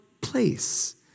place